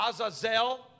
Azazel